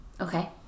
Okay